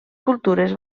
cultures